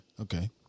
Okay